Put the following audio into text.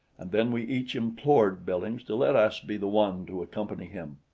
and then we each implored billings to let us be the one to accompany him.